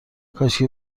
کاشکی